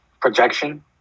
projection